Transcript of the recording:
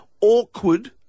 awkward